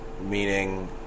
Meaning